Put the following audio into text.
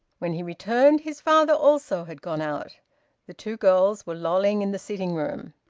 when he returned his father also had gone out the two girls were lolling in the sitting-room.